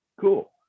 Cool